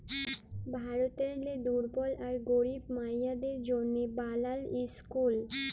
ভারতেরলে দুর্বল আর গরিব মাইয়াদের জ্যনহে বালাল ইসকুল